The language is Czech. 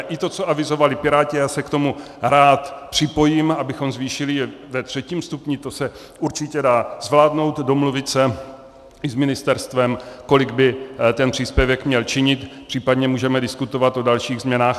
I to, co avizovali piráti, já se k tomu rád připojím, abychom zvýšili ve třetím stupni, to se určitě dá zvládnout, domluvit se i s ministerstvem, kolik by ten příspěvek měl činit, případně můžeme diskutovat o dalších změnách.